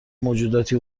موجوداتی